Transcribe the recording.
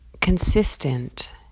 consistent